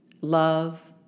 love